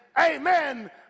amen